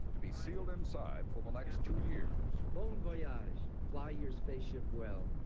to be sealed inside for the next two years. bon voyage! fly your spaceship well.